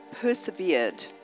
persevered